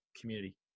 community